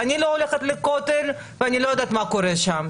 אני לא הולכת לכותל ואני לא יודעת מה קורה שם.